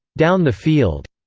down the field.